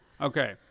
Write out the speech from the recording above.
Okay